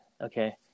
Okay